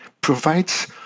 provides